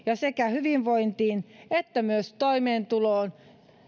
sekä hyvinvointiin että myös toimeentuloon